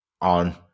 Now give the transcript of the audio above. on